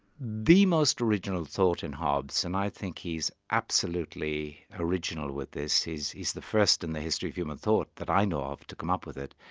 the most original thought in hobbes, and i think he's absolutely original with this, he's he's the first in the history of human thought that i know of to come up with it,